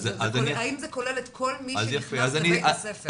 האם זה כולל את כל מי שנכנס לבית הספר?